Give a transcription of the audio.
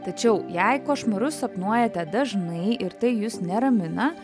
tačiau jei košmarus sapnuojate dažnai ir tai jus neramina